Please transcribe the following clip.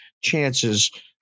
chances